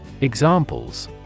Examples